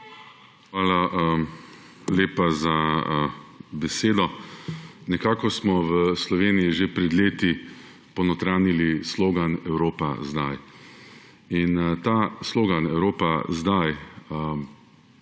Hvala lepa za besedo. Nekako smo v Sloveniji že pred leti ponotranjilo slogan: Evropa zdaj! In ta slogan, Evropa zdaj!,